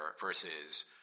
versus –